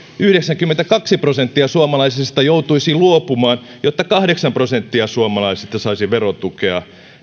yhdeksänkymmentäkaksi prosenttia suomalaisista joutuisi luopumaan jotta kahdeksan prosenttia suomalaisista saisi verotukea